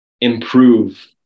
improve